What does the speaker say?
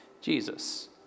Jesus